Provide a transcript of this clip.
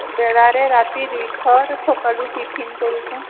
ରାତି ଦୁଇଥର ସକାଳୁ ଟିଫିନ୍ କରୁଛୁ